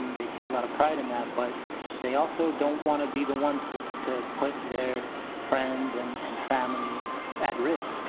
um they take a lot of pride in that, but they also don't want to be the ones to to put their friends and and family at risk